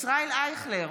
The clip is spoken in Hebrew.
ישראל אייכלר,